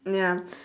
ya